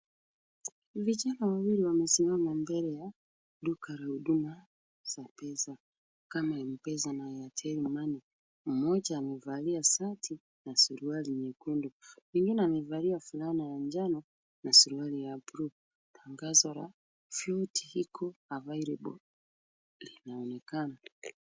Vijana wawili wamesimama mbele ya duka la huduma za pesa kama M-pesa na Airtel Money. Mmoja amevalia shati na suruali nyekundu mwingine amevalia fulana ya njano na suruali ya bluu. Tangazo la Float iko available linaonekana.